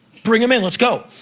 bring em in. let's go!